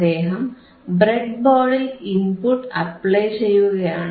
അദ്ദേഹം ബ്രെഡ്ബോർഡിൽ input apply ചെയ്യുകയാണ്